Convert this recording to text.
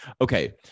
Okay